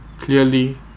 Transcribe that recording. Clearly